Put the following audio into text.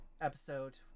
episode